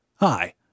Hi